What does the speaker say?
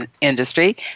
industry